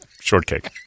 shortcake